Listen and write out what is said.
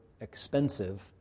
expensive